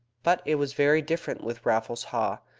but it was very different with raffles haw.